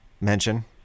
mention